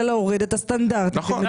להוריד את הסטנדרטים של מדינת ישראל.